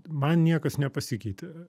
man niekas nepasikeitė